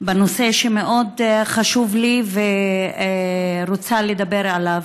בנושא שמאוד חשוב לי ואני רוצה לדבר עליו.